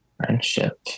Friendship